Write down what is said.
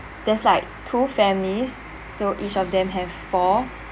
there's like two families so each of them have four